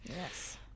Yes